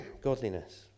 Godliness